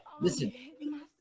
Listen